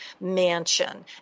mansion